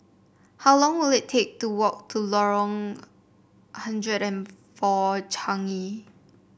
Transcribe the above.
how long will it take to walk to Lorong hundred and four Changi